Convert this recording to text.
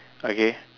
okay